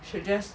should just